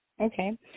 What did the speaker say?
Okay